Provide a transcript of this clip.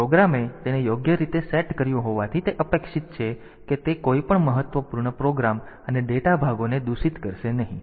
તેથી પ્રોગ્રામે તેને યોગ્ય રીતે સેટ કર્યું હોવાથી તે અપેક્ષિત છે કે તે કોઈપણ મહત્વપૂર્ણ પ્રોગ્રામ અને ડેટા ભાગોને દૂષિત કરશે નહીં